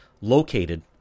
located